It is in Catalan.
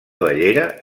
bellera